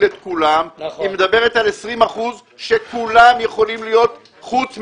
את כולם היא מדברת על 20 אחוזים שכולם יכולים להיות חוץ מטובין.